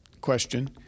question